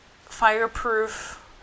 Fireproof